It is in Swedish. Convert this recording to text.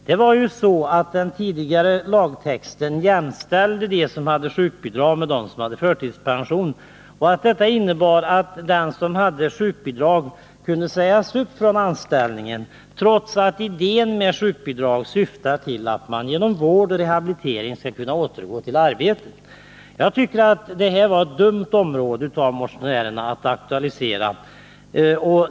Det var ju så att den tidigare lagtexten jämställde dem som hade sjukbidrag med dem som hade från anställningen, trots att idén med sjukbidrag syftar till att man genom Torsdagen den vård och rehabilitering skall kunna återgå till arbetet. Jag tycker det var dumt 27 november 1980 av motionärerna att aktualisera detta område.